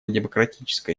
демократической